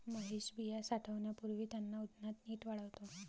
महेश बिया साठवण्यापूर्वी त्यांना उन्हात नीट वाळवतो